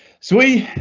so we.